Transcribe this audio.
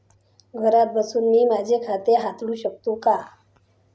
घरात बसून मी माझे खाते हाताळू शकते का?